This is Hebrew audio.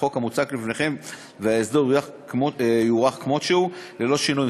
החוק המוצג לפניכם וההסדר יוארך כמות שהוא ללא שינוי.